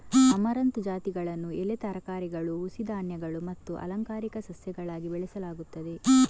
amaranth ಜಾತಿಗಳನ್ನು ಎಲೆ ತರಕಾರಿಗಳು, ಹುಸಿ ಧಾನ್ಯಗಳು ಮತ್ತು ಅಲಂಕಾರಿಕ ಸಸ್ಯಗಳಾಗಿ ಬೆಳೆಸಲಾಗುತ್ತದೆ